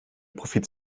profit